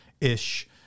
ish